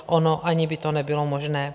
Ono ani by to nebylo možné.